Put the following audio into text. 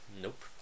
Nope